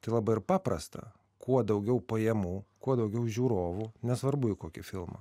tai labai ir paprasta kuo daugiau pajamų kuo daugiau žiūrovų nesvarbu į kokį filmą